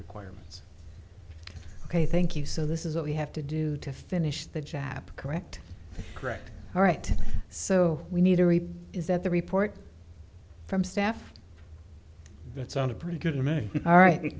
requirements ok thank you so this is what we have to do to finish the job correct correct all right so we need to repeat is that the report from staff that sounded pretty good all right